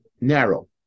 narrow